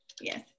yes